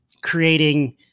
Creating